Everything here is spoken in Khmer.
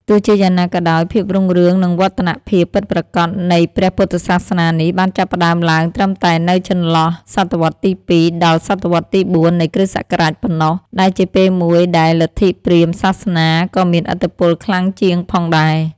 ទោះជាយ៉ាងណាក៏ដោយ ភាពរុងរឿង និងវឌ្ឍនភាពពិតប្រាកដនៃព្រះពុទ្ធសាសនានេះ បានចាប់ផ្តើមឡើងត្រឹមតែនៅចន្លោះ សតវត្សរ៍ទី ២ ដល់សតវត្សរ៍ទី ៤ នៃគ.ស. ប៉ុណ្ណោះ ដែលជាពេលមួយដែលលទ្ធិព្រាហ្មណ៍សាសនាក៏មានឥទ្ធិពលខ្លាំងជាងផងដែរ។